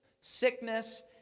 sickness